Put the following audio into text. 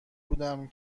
بودم